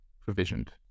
provisioned